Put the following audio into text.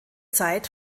zeit